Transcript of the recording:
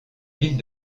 ville